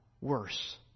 worse